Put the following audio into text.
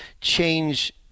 change